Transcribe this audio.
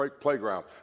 playground